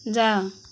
ଯାଅ